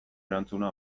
erantzuna